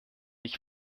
ich